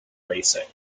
racing